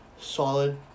solid